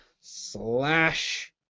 slash